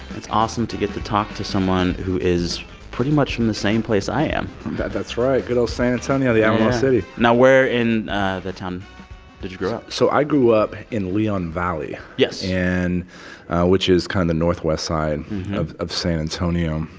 it's awesome to get to talk to someone who is pretty much from the same place i am that's right good old san antonio, the alamo city now where in that town did you grow up? so i grew up in leon valley yes and which is kind of the northwest side of of san antonio.